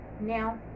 Now